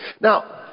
Now